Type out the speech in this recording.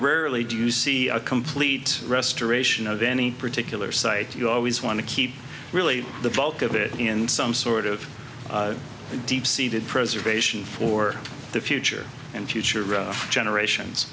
rarely do you see a complete restoration of any particular site you always want to keep really the bulk of it in some sort of deep seated preservation for the future and future generations